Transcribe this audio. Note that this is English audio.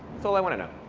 that's all i want to know.